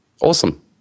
awesome